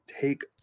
take